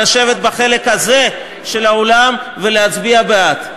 לשבת בחלק הזה של האולם ולהצביע בעד.